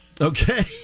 Okay